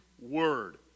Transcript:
word